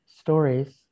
stories